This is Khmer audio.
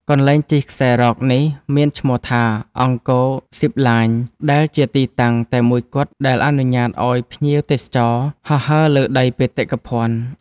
កន្លែងជិះខ្សែរ៉កនេះមានឈ្មោះថា អង្គរ ស៊ីបឡាញ ដែលជាទីតាំងតែមួយគត់ដែលអនុញ្ញាតឱ្យភ្ញៀវទេសចរហោះហើរលើដីបេតិកភណ្ឌ។